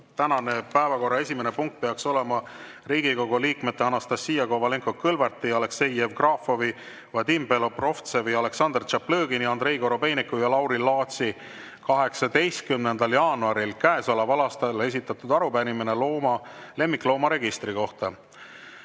tänase päevakorra esimene punkt peaks olema Riigikogu liikmete Anastassia Kovalenko-Kõlvarti, Aleksei Jevgrafovi, Vadim Belobrovtsevi, Aleksandr Tšaplõgini, Andrei Korobeiniku ja Lauri Laatsi 18. jaanuaril käesoleval aastal esitatud arupärimine lemmikloomaregistri kohta.